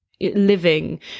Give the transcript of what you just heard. living